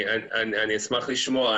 אני אשמח לשמוע.